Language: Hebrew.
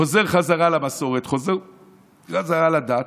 חוזר חזרה למסורת, חוזר חזרה לדת.